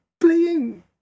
playing